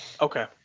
Okay